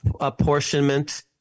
apportionment